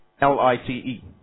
L-I-T-E